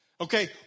Okay